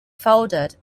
folded